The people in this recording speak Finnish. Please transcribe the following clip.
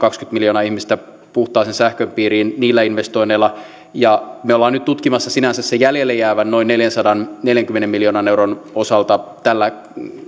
kaksikymmentä miljoonaa ihmistä puhtaan sähkön piirin niillä investoinneilla me olemme nyt tutkimassa sinänsä sen jäljelle jäävän noin neljänsadanneljänkymmenen miljoonan euron osalta tällä